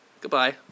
Goodbye